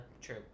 True